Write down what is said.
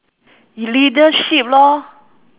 leadership lor